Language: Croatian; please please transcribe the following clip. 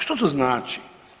Što to znači?